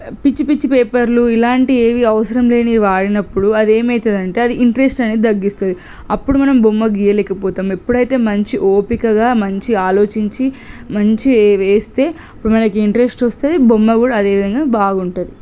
పిచ్చి పిచ్చి పేపర్లు ఇలాంటివి ఏవి అవసరం లేనివి వాడినప్పుడు అది ఏమైతుంది అంటే అది ఇంట్రెస్ట్ అనేది తగ్గిస్తుంది అప్పుడు మనం బొమ్మ గీయలేక పోతాం ఎప్పుడైతే మంచి ఓపికగా మంచి ఆలోచించి మంచి వేస్తే ఇప్పుడు మనకి ఇంట్రెస్ట్ వస్తే బొమ్మ కూడా అదే విధంగా బాగుంటుంది